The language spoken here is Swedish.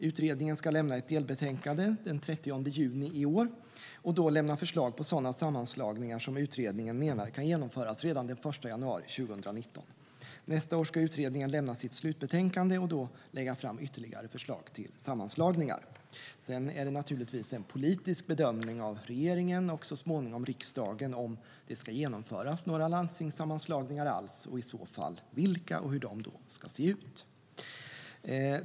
Utredningen ska lämna ett delbetänkande den 30 juni i år och då lämna förslag på sådana sammanslagningar som utredningen menar kan genomföras redan den 1 januari 2019. Nästa år ska utredningen lämna sitt slutbetänkande och då lägga fram ytterligare förslag till sammanslagningar. Sedan är det naturligtvis en politisk bedömning av regeringen och så småningom riksdagen om det ska genomföras några landstingssammanslagningar alls, och i så fall vilka samt hur de ska se ut.